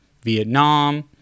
Vietnam